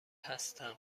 هستم